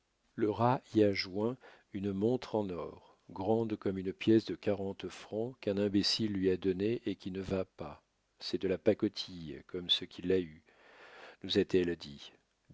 le rat y a joint une montre en or grande comme une pièce de quarante francs qu'un imbécile lui a donnée et qui ne va pas c'est de la pacotille comme ce qu'il a eu nous a-t-elle dit